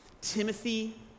Timothy